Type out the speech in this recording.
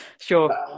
sure